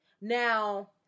Now